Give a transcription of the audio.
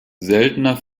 seltener